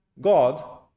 God